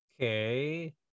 Okay